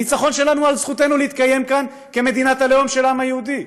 הניצחון שלנו הוא על זכותנו להתקיים כאן כמדינת הלאום של העם היהודי,